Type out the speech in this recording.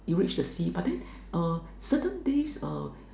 you reach the sea but then uh certain days uh